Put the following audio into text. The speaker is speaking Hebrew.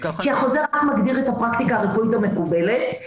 כי החוזר --- מגדיר את הפרקטיקה הרפואית המקובלת,